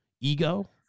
ego